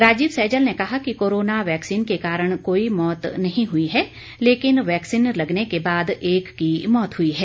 राजीव सैजल ने कहा कि कोरोना वैक्सीन के कारण कोई मौत नहीं हुई है लेकिन वैक्सीन लगने के बाद एक की मौत हुई है